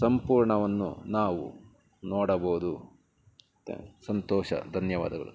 ಸಂಪೂರ್ಣವನ್ನು ನಾವು ನೋಡಬೌದು ಮತ್ತು ಸಂತೋಷ ಧನ್ಯವಾದಗಳು